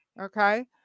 Okay